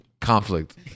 Conflict